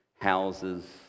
houses